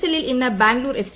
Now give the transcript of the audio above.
എല്ലിൽ ഇന്ന് ബാംഗ്ളൂർ എഫ്